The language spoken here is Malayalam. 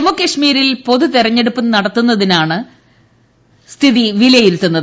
ജമ്മുകശ്മീരിൽ പൊതു ത്ത്രെട്ടെപ്പ് നടത്തുന്നതിനാണ് സ്ഥിതി വിലയിരുത്തുന്നത്